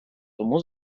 тому